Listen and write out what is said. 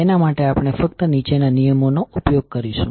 તેના માટે આપણે ફક્ત નીચેના નિયમોનો ઉપયોગ કરીશું